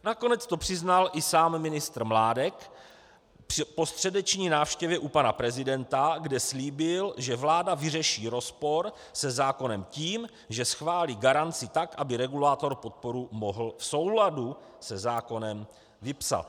Nakonec to přiznal i sám ministr Mládek po středeční návštěvě u pana prezidenta, kde slíbil, že vláda vyřeší rozpor se zákonem tím, že schválí garanci tak, aby regulátor podporu mohl v souladu se zákonem vypsat.